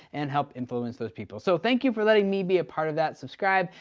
and help influence those people. so thank you for letting me be a part of that. subscribe,